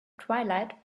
twilight